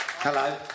Hello